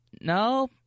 No